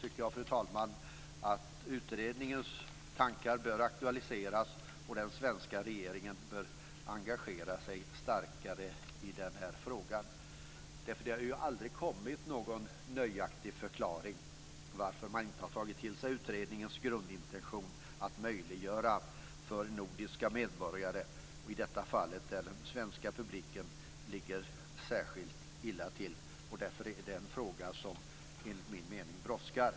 Jag tycker att utredningens tankar bör aktualiseras, och den svenska regeringen bör engagera sig starkare i frågan. Det har aldrig kommit någon nöjaktig förklaring till varför man inte har tagit till sig utredningens grundintention att ge dessa möjligheter för de nordiska medborgarna - där den svenska publiken ligger särskilt illa till. Det är en fråga som, enligt min mening, brådskar.